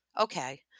okay